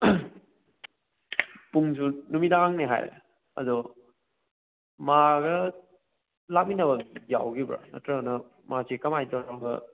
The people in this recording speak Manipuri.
ꯄꯨꯡꯁꯨ ꯅꯨꯃꯤꯗꯥꯡꯅꯦ ꯍꯥꯏ ꯑꯗꯣ ꯃꯥꯒ ꯂꯥꯛꯃꯤꯟꯅꯕ ꯌꯥꯎꯈꯤꯕ꯭ꯔꯣ ꯅꯠꯇ꯭ꯔꯒꯅ ꯃꯁꯤ ꯀꯃꯥꯏꯅ ꯇꯧꯔꯒ